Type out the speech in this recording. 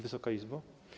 Wysoka Izbo!